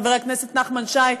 חבר הכנסת נחמן שי,